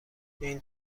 این